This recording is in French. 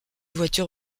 voiture